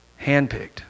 Handpicked